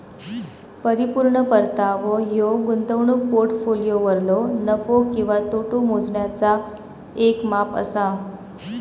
परिपूर्ण परतावो ह्यो गुंतवणूक पोर्टफोलिओवरलो नफो किंवा तोटो मोजण्याचा येक माप असा